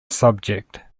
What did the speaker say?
subject